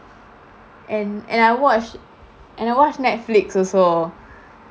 and and I watch and I watch netflix also